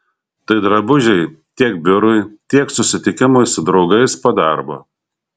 tai drabužiai tiek biurui tiek susitikimui su draugais po darbo